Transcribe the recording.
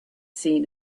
seen